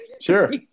Sure